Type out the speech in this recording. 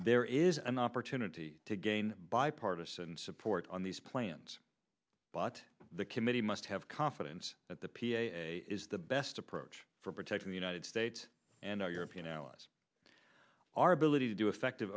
there is an opportunity to gain bipartisan support on these plans but the committee must have confidence that the is the best approach for protecting the united states and our european allies our ability to do effective